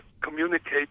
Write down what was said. communicate